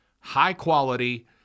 high-quality